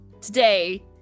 Today